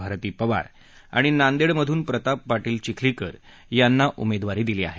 भारती पवार आणि नांदेडमधून प्रताप पार्टील चिखलीकर यांना उमेदवारी दिली आहे